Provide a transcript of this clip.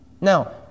Now